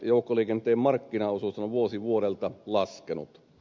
joukkoliikenteen markkinaosuus on vuosi vuodelta laskenut